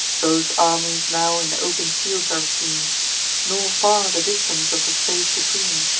both armies now in open fields are seen nor far the distance of the space between.